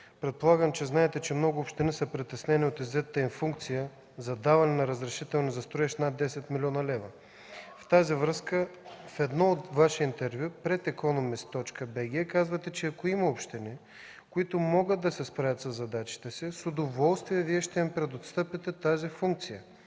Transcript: „Предполагам, че знаете, че много общини са притеснени от иззетата им функция за даване на разрешително за строеж над 10 млн. лв.?” В тази връзка в едно Ваше интервю пред „еconomist.bg” казвате, че ако има общини, които могат да се справят със задачите си, с удоволствие ще им предоставите тази функция.